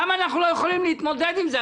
למה אנחנו לא יכולים להתמודד עם זה?